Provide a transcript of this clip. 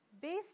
based